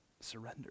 Surrender